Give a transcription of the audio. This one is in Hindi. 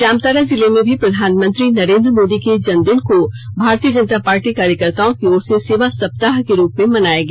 जामताड़ा जिले में भी प्रधानमंत्री नरेंद्र मोदी के जन्मदिन को भारतीय जनता पार्टी कार्यकर्त्ताओं की ओर से सेवा सप्ताह के रूप में मनाया गया